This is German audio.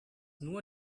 nur